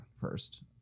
first